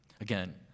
Again